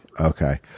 okay